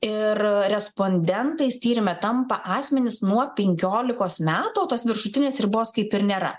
ir respondentais tyrime tampa asmenys nuo penkiolikos metų o tos viršutinės ribos kaip ir nėra